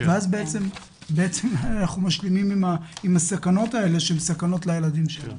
כך למעשה אנחנו משלימים עם הסכנות האלה לילדים שלנו.